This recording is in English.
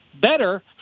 better